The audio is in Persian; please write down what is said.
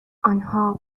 آنها